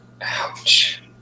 Ouch